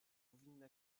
powinna